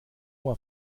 oma